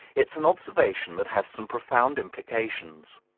it's an observation that has some profound implications.